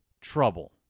trouble